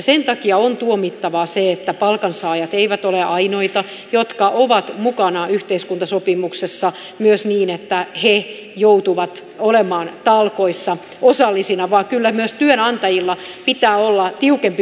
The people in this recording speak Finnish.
sen takia on tuomittavaa se että palkansaajat ovat ainoita jotka ovat mukana yhteiskuntasopimuksessa myös niin että he joutuvat olemaan talkoissa osallisina vaan kyllä myös työnantajilla pitää olla tiukempi paketti